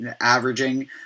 averaging